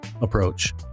approach